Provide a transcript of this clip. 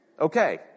Okay